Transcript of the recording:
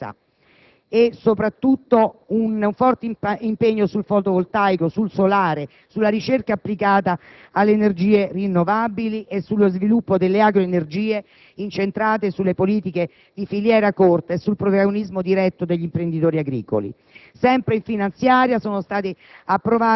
da garantire un'inversione di tendenza e, soprattutto, un forte impegno sul fotovoltaico, sul solare e sulla ricerca applicata alle energie rinnovabili e sullo sviluppo delle agroenergie incentrato su politiche di filiera corta e sul protagonismo diretto degli imprenditori agricoli.